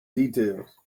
details